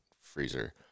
freezer